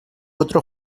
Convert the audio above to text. otro